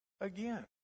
again